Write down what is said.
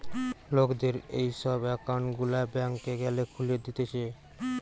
লোকদের এই সব একউন্ট গুলা ব্যাংকে গ্যালে খুলে দিতেছে